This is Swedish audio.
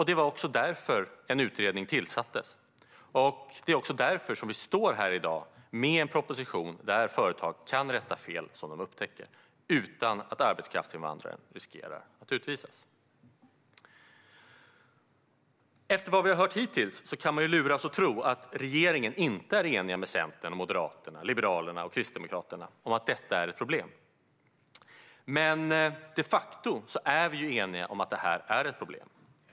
Det var därför som en utredning tillsattes. Det är också därför som vi står här i dag med en proposition som föreslår att företag kan rätta fel de upptäcker utan att arbetskraftsinvandraren riskerar att utvisas. Efter vad vi har hört hittills kan man luras att tro att regeringen inte är enig med Centern, Moderaterna, Liberalerna och Kristdemokraterna om att detta är ett problem. Men de facto är vi eniga om att det är ett problem.